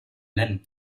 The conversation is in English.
milne